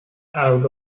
out